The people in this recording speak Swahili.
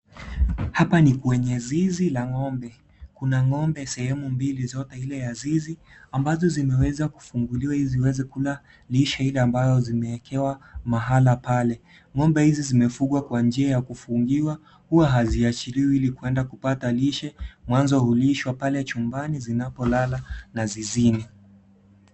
Hapa ni kwenye zizi la ngombe . Kuna ngombe sehemu mbili zizi ambazo zimeweza kufunguliwa ili waweze kula lishe Ile ambayo zimeekewa mahala pale . Ngombe hizi zimefungwa Kwa njia ya kufungiwa huwa haziachiliwi ili kuenda kupata lishe. Mwanzo hulishwa pale chumbani wanapolala na zizini.